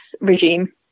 regime